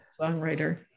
Songwriter